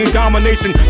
domination